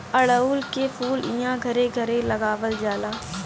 अढ़उल के फूल इहां घरे घरे लगावल जाला